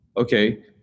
okay